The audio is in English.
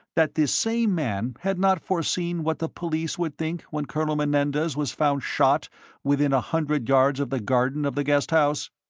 that this same man had not foreseen what the police would think when colonel menendez was found shot within a hundred yards of the garden of the guest house?